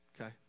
okay